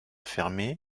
fermées